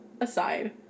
aside